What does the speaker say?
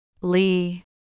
Lee